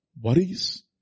worries